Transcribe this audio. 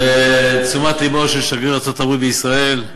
לתשומת לבו של שגריר ארצות-הברית בישראל,